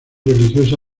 religiosa